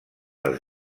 les